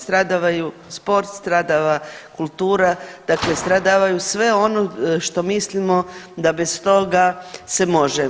Stradavaju sport, stradava kultura, dakle stradavaju sve ono što mislimo da bez toga se može.